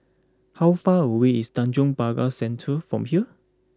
how far away is Tanjong Pagar Centre from here